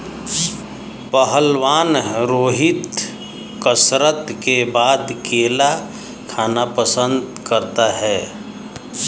पहलवान रोहित कसरत के बाद केला खाना पसंद करता है